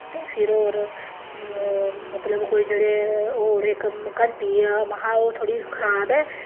ते फिर होर मतलब कोई जेह्ड़े होर इक घंटी महां ओह् थोह्ड़ी खराब ऐ